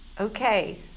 okay